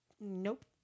Nope